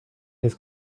his